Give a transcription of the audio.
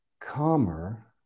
calmer